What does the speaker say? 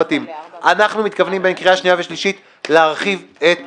אנחנו מתכוונים לקראת הקריאה השנייה והשלישית להרחיב את העבירות,